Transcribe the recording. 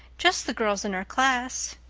just the girls in our class.